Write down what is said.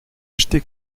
acheté